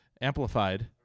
Amplified